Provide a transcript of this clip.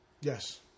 Yes